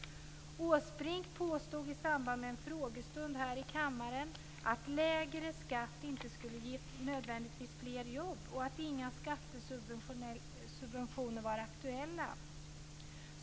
Åsbrink påstod i samband med en frågestund här i kammaren att lägre skatt inte nödvändigtvis skulle ge fler jobb och att inga skattesubventioner var aktuella.